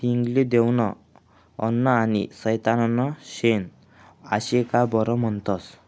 हिंग ले देवनं अन्न आनी सैताननं शेन आशे का बरं म्हनतंस?